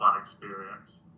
experience